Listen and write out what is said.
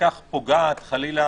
וכך פוגעת חלילה